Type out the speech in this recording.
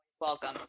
welcome